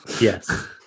Yes